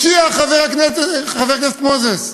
משיח, חבר הכנסת מוזס.